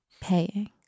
paying